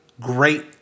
great